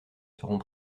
seront